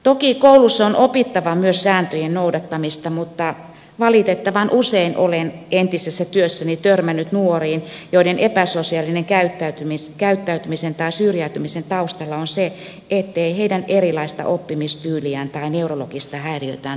toki koulussa on opittava myös sääntöjen noudattamista mutta valitettavan usein olen entisessä työssäni törmännyt nuoriin joiden epäsosiaalisen käyttäytymisen tai syrjäytymisen taustalla on se ettei heidän erilaista oppimistyyliään tai neurologista häiriötään tunnistettu ajoissa